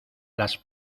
las